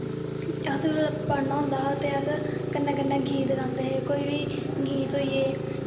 असें जिसलै पढ़ना होंदा हा ते अस कन्नै कन्नै गीत गांदे हे कोई बी गीत होई गे